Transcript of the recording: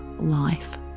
life